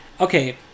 Okay